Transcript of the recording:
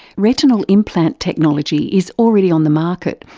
retinal implant technology is already on the market,